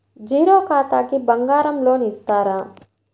Zero ఖాతాకి బంగారం loan ఇస్తారా?